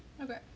Okay